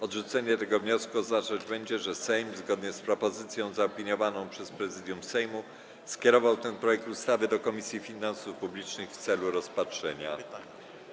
Odrzucenie tego wniosku oznaczać będzie, że Sejm zgodnie z propozycją zaopiniowaną przez Prezydium Sejmu skierował ten projekt ustawy do Komisji Finansów Publicznych w celu rozpatrzenia.